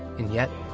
and yet,